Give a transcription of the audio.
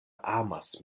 amas